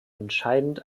entscheidend